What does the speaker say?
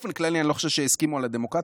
באופן כללי אני לא חושב שהסכימו על "דמוקרטיה",